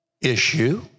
issue